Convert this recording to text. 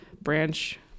branch